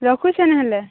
ରଖୁଛି ନ ହେଲେ